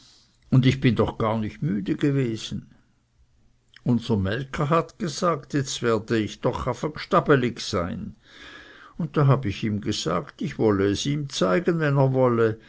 und ich bin doch gar nicht müde gewesen unser melker hat gesagt jetz werde ich doch afe gstabelig sein und da habe ich ihm gesagt ich wolle ihm es zeigen wenn er wolle